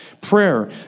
Prayer